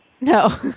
No